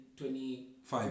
25